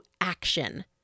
action